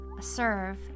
serve